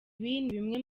bimwe